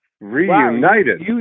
reunited